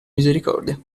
misericordia